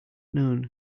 noon